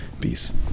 Peace